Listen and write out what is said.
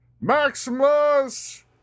maximus